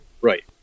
Right